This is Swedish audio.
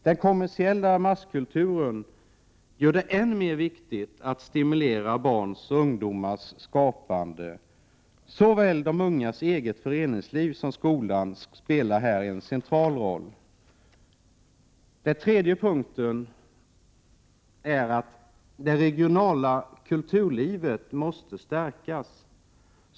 Den kommersiella masskulturen gör det än mer viktigt att stimulera barns och ungdomars skapande. Såväl de ungas eget föreningsliv som skolan spelar här en central roll. 3. Det regionala kulturlivet måste stärkas.